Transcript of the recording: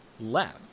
left